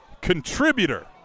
contributor